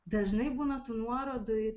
dažnai būna tų nuorodų į